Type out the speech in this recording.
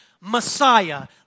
Messiah